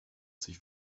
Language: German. sich